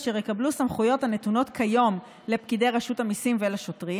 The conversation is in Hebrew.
אשר יקבלו סמכויות הנתונות כיום לפקידי רשות המיסים ולשוטרים.